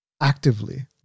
actively